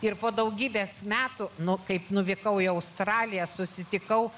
ir po daugybės metų nu kaip nuvykau į australiją susitikau